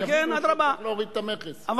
שיבינו שצריך להוריד את המכס.